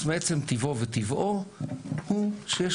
בכנסת ה-23 ישבתי בוועדת חוץ וביטחון ושם